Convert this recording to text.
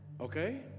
Okay